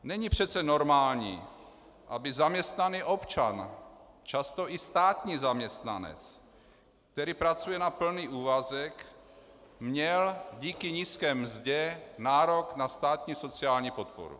Není přece normální, aby zaměstnaný občan, často i státní zaměstnanec, který pracuje na plný úvazek, měl díky nízké mzdě nárok na státní sociální podporu.